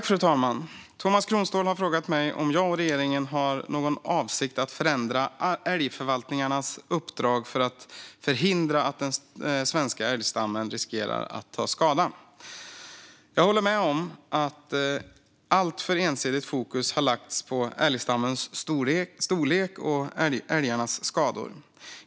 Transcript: Fru talman! Tomas Kronståhl har frågat mig om jag och regeringen har någon avsikt att förändra älgförvaltningarnas uppdrag för att förhindra att den svenska älgstammen riskerar att ta skada. Jag håller med om att alltför ensidigt fokus har lagts på älgstammens storlek och älgarnas skador.